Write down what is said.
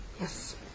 Yes